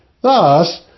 Thus